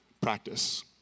practice